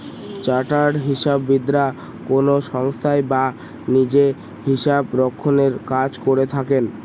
chartered হিসাববিদরা কোনো সংস্থায় বা নিজে হিসাবরক্ষনের কাজ করে থাকেন